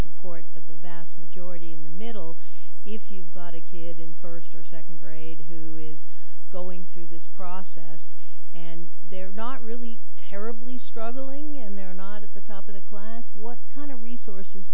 support but the vast majority in the middle if you've got a kid in first or second grade who is going through this process and they're not really terribly struggling in they're not at the top of the class what kind of resources